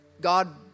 God